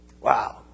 Wow